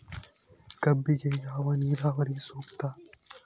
ಕಬ್ಬಿಗೆ ಯಾವ ನೇರಾವರಿ ಸೂಕ್ತ?